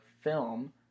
film